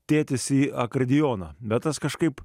tėtis į akordeoną bet tas kažkaip